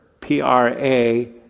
P-R-A